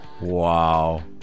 Wow